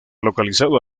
localizado